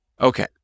Okay